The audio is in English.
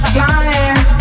Flying